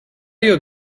your